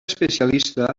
especialista